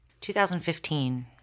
2015